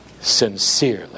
Sincerely